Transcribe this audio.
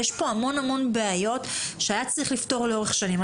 יש כאן המון בעיות שהיה צריך לפתור לאורך שנים.